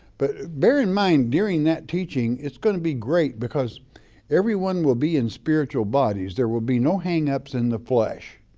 but bear in mind during that teaching, it's gonna be great because everyone will be in spiritual bodies, there will be no hangups in the flesh.